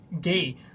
gay